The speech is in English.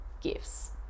gifts